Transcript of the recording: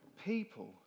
people